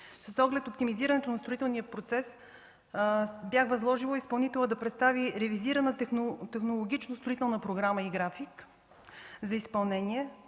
С оглед оптимизирането на строителния процес бях възложила изпълнителят да представи ревизирана технологична строителна програма и график за изпълнение